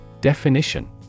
Definition